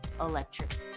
electric